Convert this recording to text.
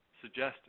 suggested